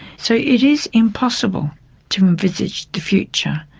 so it is impossible to envisage the future.